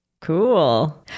Cool